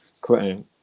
Clinton